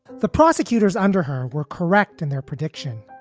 the prosecutors under her were correct in their prediction.